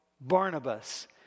Barnabas